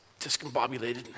Discombobulated